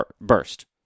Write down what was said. burst